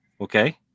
Okay